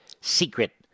secret